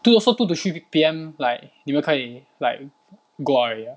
two so two to three P_M like 你们可以 like go out already ah